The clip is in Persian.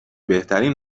بهترین